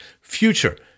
future